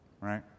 right